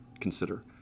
consider